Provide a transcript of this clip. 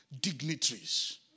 dignitaries